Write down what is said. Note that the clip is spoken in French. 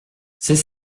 c’est